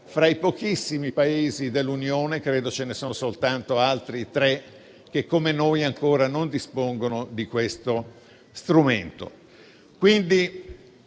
fra i pochissimi Paesi dell'Unione - credo ce ne siano soltanto altri tre - che, come noi, non dispongono ancora di questo strumento.